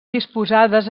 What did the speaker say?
disposades